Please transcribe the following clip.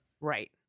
Right